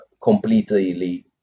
completely